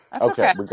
Okay